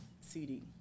CD